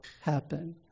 happen